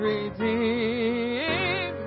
Redeem